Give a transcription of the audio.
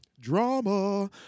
drama